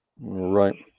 Right